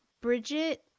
Bridget